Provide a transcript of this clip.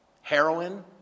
heroin